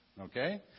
okay